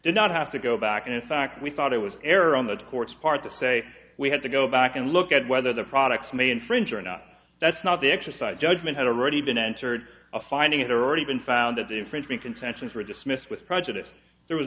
did not have to go back and in fact we thought it was fair on the court's part to say we had to go back and look at whether the products may infringe or not that's not the exercise judgment had already been entered a finding it already been found that the infringement contentions were dismissed with prejudice there was